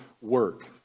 work